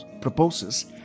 proposes